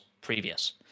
previous